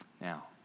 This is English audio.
Now